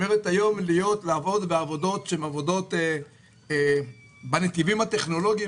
לעבוד היום בעבודות שהן בנתיבים הטכנולוגיים